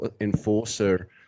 enforcer